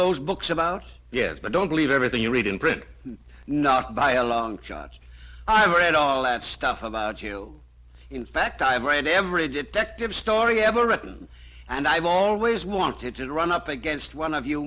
those books about yes but don't believe everything you read in print not by a long shot i have read all that stuff about you in fact i've read every detective story ever written and i've always wanted to run up against one of you